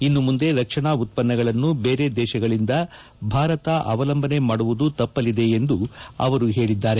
ಇನ್ನು ಮುಂದೆ ರಕ್ಷಣಾ ಉತ್ಪನ್ನಗಳನ್ನು ಬೇರೆ ದೇಶಗಳಿಂದ ಭಾರತ ಅವಲಂಬನೆ ಮಾಡುವುದು ತಪ್ಪಲಿದೆ ಎಂದು ಅವರು ಹೇಳಿದ್ದಾರೆ